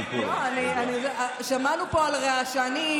אנחנו בפורים, שמענו פה על רעשנים,